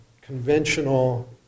conventional